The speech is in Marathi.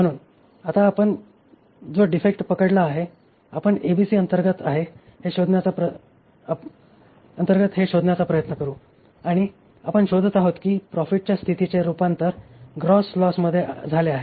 म्हणून आता आपण जोडिफेक्ट पकडला आहे आपण एबीसी अंतर्गत आहे हे शोधण्याचा प्रयत्न करू आणि आपण शोधत आहोत की प्रॉफिटच्या स्थितीचे रूपांतर ग्रॉस लॉस मधे झाले आहे